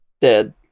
dead